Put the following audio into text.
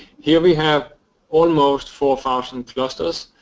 here we have almost four thousand clusters,